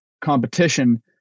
competition